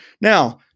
Now